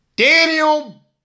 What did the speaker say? Daniel